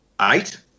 eight